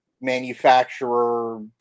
manufacturer